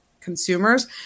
consumers